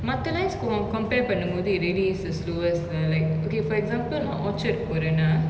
makkalaaise co~ compare பன்னும்போது:pannumpothu really is the slowest lah like okay for example orchard போரனா:poranaa